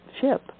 ship